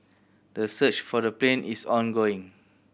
the search for the plane is ongoing